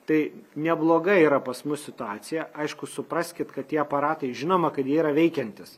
tai nebloga yra pas mus situacija aišku supraskit kad tie aparatai žinoma kad jie yra veikiantys